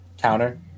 Counter